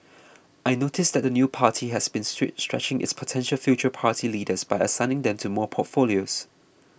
I noticed that the new party has been stretch stretching its potential future party leaders by assigning them to more portfolios